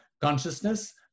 consciousness